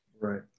Right